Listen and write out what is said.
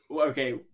okay